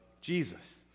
Jesus